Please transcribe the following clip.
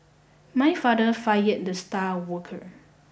my father fired the star worker